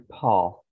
path